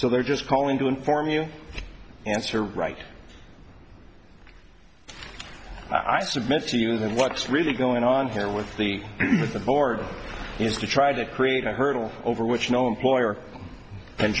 so they're just calling to inform you answer right i submit to you that what's really going on here with the with the board is to try to create a hurdle over which no employer can